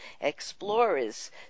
Explorers